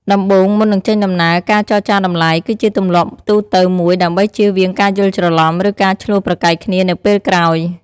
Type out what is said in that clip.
ដំបូង មុននឹងចេញដំណើរ ការចរចាតម្លៃ គឺជាទម្លាប់ទូទៅមួយដើម្បីជៀសវាងការយល់ច្រឡំ ឬការឈ្លោះប្រកែកគ្នានៅពេលក្រោយ។